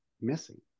missing